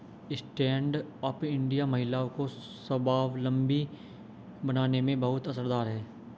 stand up India महिलाओं को स्वावलम्बी बनाने में बहुत असरदार है